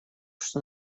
что